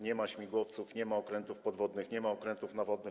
Nie ma śmigłowców, nie ma okrętów podwodnych, nie ma okrętów nawodnych.